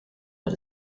but